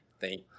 Thank